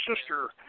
sister